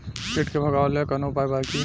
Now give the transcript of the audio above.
कीट के भगावेला कवनो उपाय बा की?